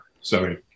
Sorry